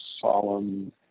solemn